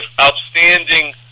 outstanding